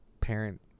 parent